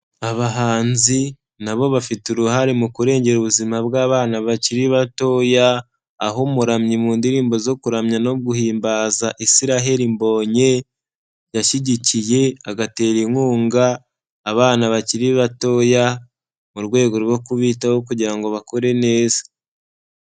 Abahanzi nabo bafite uruhare mu kurengera ubuzima bw'abana bakiri batoya. Aho umuramyi mu ndirimbo zo kuramya no guhimbaza Isirael Mbonyi yashyigikiye agatera inkunga abana bakiri batoya mu rwego rwo kubitaho kugira ngo bakure neza.